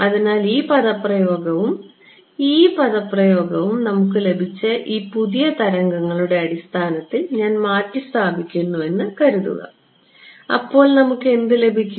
അതിനാൽ ഈ പദപ്രയോഗവും ഈ പദപ്രയോഗവും നമുക്ക് ലഭിച്ച ഈ പുതിയ തരംഗങ്ങളുടെ അടിസ്ഥാനത്തിൽ ഞാൻ മാറ്റിസ്ഥാപിക്കുന്നുവെന്ന് കരുതുക നമുക്ക് എന്ത് ലഭിക്കും